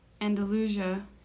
Andalusia